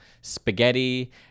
spaghetti